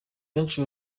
benshi